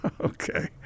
Okay